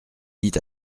dit